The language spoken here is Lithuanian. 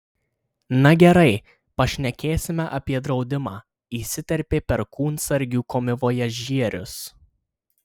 na gerai pašnekėsime apie draudimą įsiterpė perkūnsargių komivojažierius